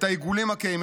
את העיגולים הכהים,